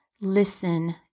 Listen